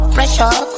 Pressure